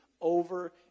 over